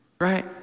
Right